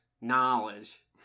Knowledge